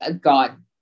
God